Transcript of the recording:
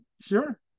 Sure